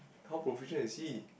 how profession is he